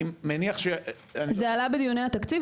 אני מניח ש --- זה עלה בדיוני התקציב,